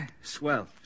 Swell